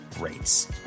rates